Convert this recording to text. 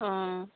অঁ